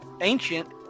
ancient